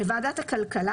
לוועדת הכלכלה,